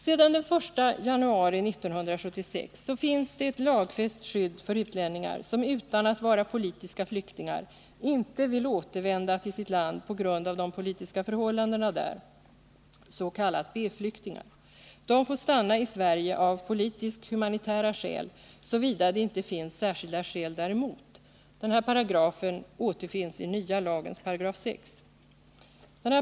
Sedan den 1 januari 1976 finns ett lagfäst skydd för utlänningar, som utan att vara politiska flyktingar inte vill återvända till sitt land på grund av de politiska förhållandena där, s.k. B-flyktingar. De får stanna i Sverige av politisk-humanitära skäl, såvida det inte finns s bestämmelse återfinns i den nya lagens 6 §.